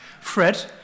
Fred